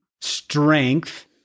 strength